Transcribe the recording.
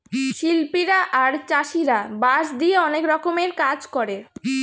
শিল্পীরা আর চাষীরা বাঁশ দিয়ে অনেক রকমের কাজ করে